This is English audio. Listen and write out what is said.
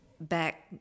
back